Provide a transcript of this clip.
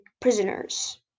prisoners